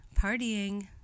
Partying